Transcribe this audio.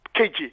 KG